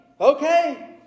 Okay